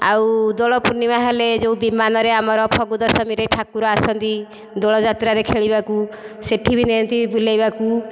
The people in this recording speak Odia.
ଆଉ ଦୋଳ ପୂର୍ଣ୍ଣିମା ହେଲେ ଯେଉଁ ବିମାନରେ ଆମର ଫଗୁ ଦଶମୀରେ ଠାକୁର ଆସନ୍ତି ଦୋଳ ଯାତ୍ରାରେ ଖେଳିବାକୁ ସେଠି ବି ନିଅନ୍ତି ବୁଲାଇବାକୁ